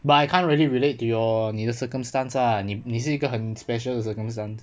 but I can't really relate to your 你的 circumstance lah 你你是一个很 special circumstance